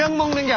um moves yeah